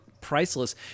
priceless